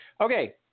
Okay